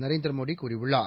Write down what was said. நரேந்திரமோடிகூறியுள்ளார்